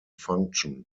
function